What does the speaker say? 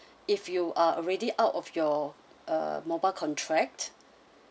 if you are already out of your uh mobile contract